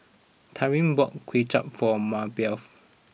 Tyrin bought Kuay Chap for Maribeth